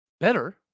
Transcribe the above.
better